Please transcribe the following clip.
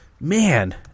Man